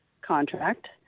contract